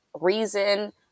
reason